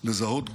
לזהות גופות,